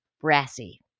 brassy